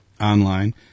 online